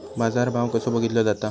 बाजार भाव कसो बघीतलो जाता?